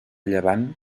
llevant